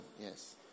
yes